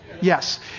Yes